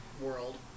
world